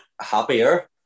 happier